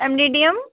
M D D M